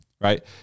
right